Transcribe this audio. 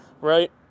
right